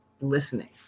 listening